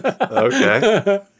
okay